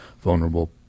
vulnerable